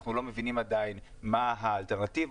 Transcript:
אנחנו לא מבינים עדיין מה האלטרנטיבות,